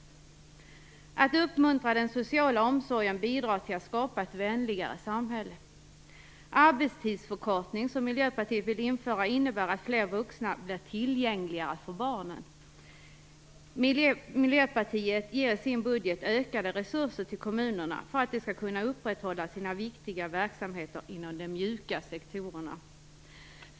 Att uppmuntra den sociala omsorgen bidrar till att man skapar ett vänligare samhälle. Miljöpartiet ger i sitt budgetförslag ökade resurser till kommunerna för att de skall kunna upprätthålla sina viktiga verksamheter inom de mjuka sektorerna.